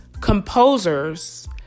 composers